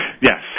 Yes